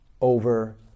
over